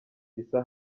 issa